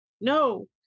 no